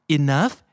enough